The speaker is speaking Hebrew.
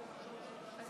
בשל